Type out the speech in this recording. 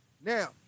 Now